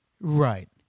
Right